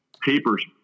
papers